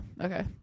okay